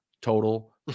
total